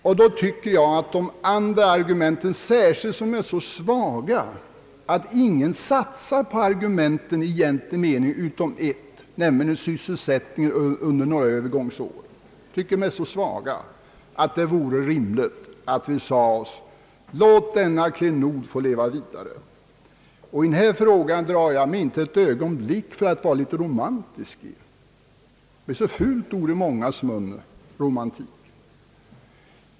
Därför tycker jag — särskilt som de andra argumenten är så svaga, att ingen egentligen satsar på mer än ett av dem, nämligen sysselsättningen under några övergångsår — att det vore rimligt att det sades: Låt denna klenod få leva vidare! I denna fråga drar jag mig inte ett ögonblick för att vara litet romantisk; romantik är ett fult ord i mångas öron.